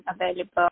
available